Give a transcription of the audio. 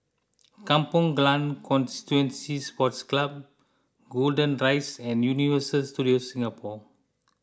Kampong Glam Constituency Sports Club Golden Rise and Universal Studios Singapore